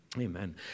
Amen